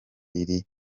iri